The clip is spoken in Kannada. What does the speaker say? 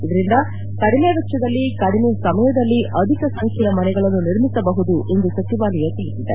ಇದರಿಂದ ಕಡಿಮೆ ವೆಚ್ವದಲ್ಲಿ ಕಡಿಮೆ ಸಮಯದಲ್ಲಿ ಅಧಿಕ ಸಂಖ್ಯೆಯ ಮನೆಗಳನ್ನು ನಿರ್ಮಿಸಬಹುದು ಎಂದು ಸಚಿವಾಲಯ ತಿಳಿಸಿದೆ